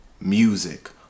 Music